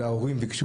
אלא ההורים ביקשו.